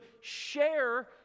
share